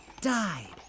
died